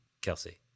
Kelsey